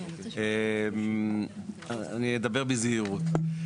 אני אדבר בזהירות.